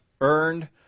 earned